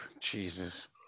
Jesus